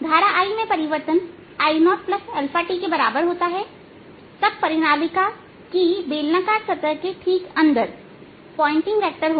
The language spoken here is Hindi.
धारा I में परिवर्तन I0 𝞪t के बराबर होता है तब परिनालिका की बेलनाकार सतह के ठीक अंदर पॉइंटिंग वेक्टर होगा